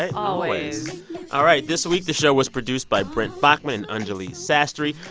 ah always all right. this week, the show was produced by brent baughman and anjuli sastry.